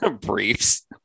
briefs